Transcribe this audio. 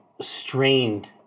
strained